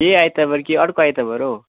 यही आइतबार कि अर्को आइतबार हौ